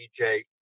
DJ